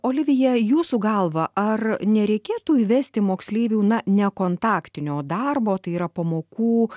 olivija jūsų galva ar nereikėtų įvesti moksleivių na nekontaktinio darbo tai yra pamokų